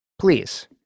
Please